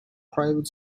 private